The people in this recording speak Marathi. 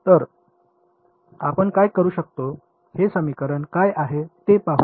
तर आपण काय वापरू शकतो हे समीकरण काय आहे ते पाहू